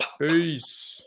Peace